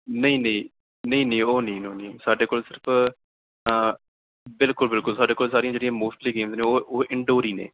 ਨਹੀਂ ਨਹੀਂ ਨਹੀਂ ਨਹੀਂ ਉਹ ਨਹੀਂ ਉਹ ਨਹੀਂ ਸਾਡੇ ਕੋਲ ਸਿਰਫ਼ ਬਿਲਕੁਲ ਬਿਲਕੁਲ ਸਾਡੇ ਕੋਲ ਸਾਰੀਆਂ ਜਿਹੜੀਆਂ ਮੋਸਟਲੀ ਗੇਮ ਨੇ ਉਹ ਉਹ ਇੰਨਡੋਰ ਹੀ ਨੇ